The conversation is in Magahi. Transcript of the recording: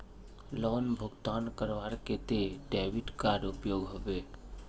लोन भुगतान करवार केते डेबिट कार्ड उपयोग होबे?